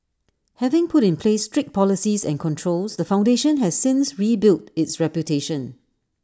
having put in place strict policies and controls the foundation has since rebuilt its reputation